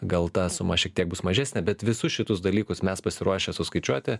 gal ta suma šiek tiek bus mažesnė bet visus šitus dalykus mes pasiruošę suskaičiuoti